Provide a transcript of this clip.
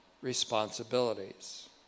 responsibilities